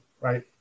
Right